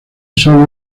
solo